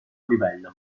livello